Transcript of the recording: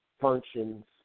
functions